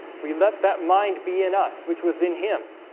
we let that mind be in us which was in him.